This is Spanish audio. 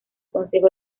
consejo